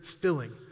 filling